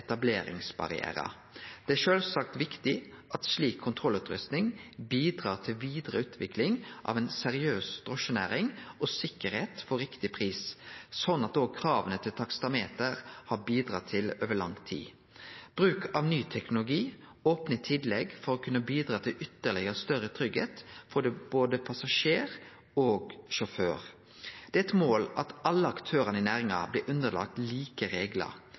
Det er sjølvsagt viktig at slik kontrollutrusting bidrar til vidare utvikling av ei seriøs drosjenæring og sikkerheit for riktig pris, slik krava til taksameter har bidratt til over lang tid. Bruk av ny teknologi opnar i tillegg for å kunne bidra til ytterlegare tryggheit for både passasjer og sjåfør. Det er eit mål at alle aktørane i næringa blir underlagde like reglar.